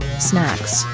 snacks,